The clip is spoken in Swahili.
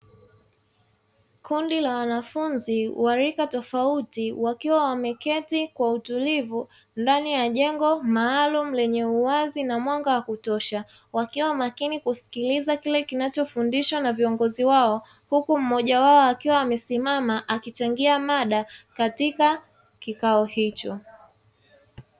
Kundi la wanafunzi wa rika tofauti, wakiwa wameketi kwa utulivu, ndani ya jengo maalumu lenye uwazi na mwanga wa kutosha, wakiwa makini kusikiliza kile kinachofundishwa na viongozi wao, huku mmoja wao akiwa amesimama akichangia mada katika kikao hicho.